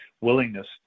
willingness